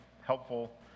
helpful